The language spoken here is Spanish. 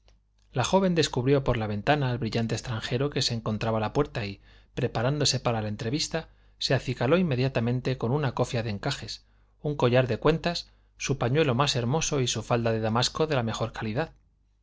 la joven descubrió por la ventana al brillante extranjero que se encontraba a la puerta y preparándose para la entrevista se acicaló inmediatamente con una cofia de encajes un collar de cuentas su pañuelo más hermoso y su falda de damasco de la mejor calidad